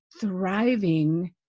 thriving